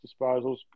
disposals